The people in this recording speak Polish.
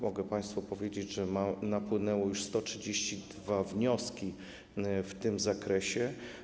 Mogę państwu powiedzieć, że napłynęły już 132 wnioski w tym zakresie.